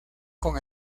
con